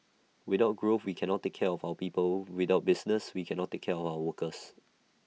without growth we cannot take care of our people without business we cannot take care of our workers